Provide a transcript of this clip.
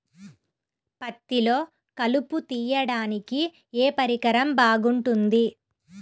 పత్తిలో కలుపు తీయడానికి ఏ పరికరం బాగుంటుంది?